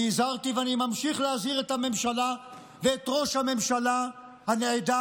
אני הזהרתי ואני ממשיך להזהיר את הממשלה ואת ראש הממשלה הנעדר